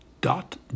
dot